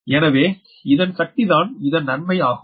எனவே இதன் சக்திதான் இதன் நன்மை ஆகும்